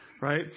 Right